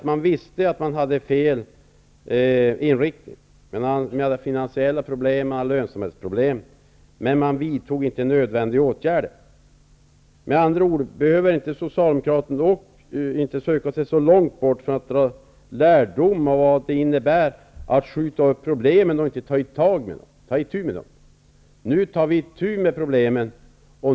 Man visste att inriktningen var fel -- det var finansiella problem och lönsamhetsproblem --, men man vidtog inte nödvändiga åtgärder. Med andra ord behöver inte socialdemokraterna söka sig så långt bort för att dra lärdom av vad det innebär att skjuta upp problemen och inte ta itu med dem. Vi tar itu med prolemen.